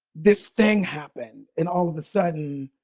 this thing happened and all of a sudden.